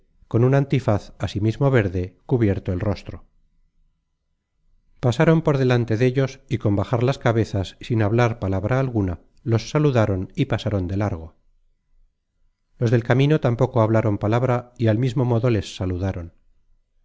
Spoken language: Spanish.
con un antifaz asimismo verde cubierto el rostro pasaron por delante dellos y con bajar las cabezas sin hablar palabra alguna los saludaron y pasaron de largo los del camino tampoco hablaron palabra y al mismo modo les saludaron